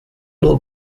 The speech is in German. nur